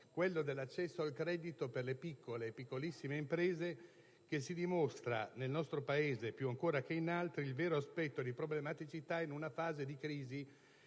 quello dell'accesso al credito per le piccole e piccolissime imprese, che si dimostra nel nostro Paese più ancora che in altri il vero aspetto di problematicità in una fase di crisi